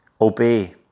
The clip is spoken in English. Obey